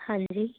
ਹਾਂਜੀ